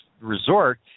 resort